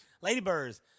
Ladybirds